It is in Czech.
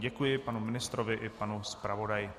Děkuji panu ministrovi i panu zpravodaji.